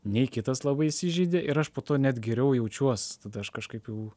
nei kitas labai įsižeidė ir aš po to net geriau jaučiuos tada aš kažkaip jau